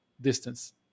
distance